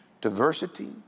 diversity